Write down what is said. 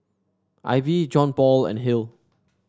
Ivey Johnpaul and Hill